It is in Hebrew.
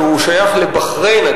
ששייך לבחריין,